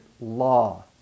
law